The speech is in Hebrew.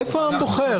איפה העם בוחר?